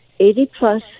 80-plus